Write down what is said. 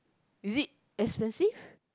is it expensive